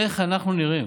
איך אנחנו נראים?